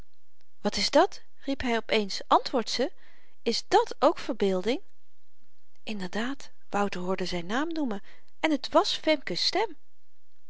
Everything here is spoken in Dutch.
wat is dat riep hy op eens antwoordt ze is dàt ook verbeelding inderdaad wouter hoorde zyn naam noemen en t was femke's stem